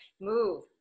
move